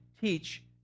teach